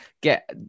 get